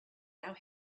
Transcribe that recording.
our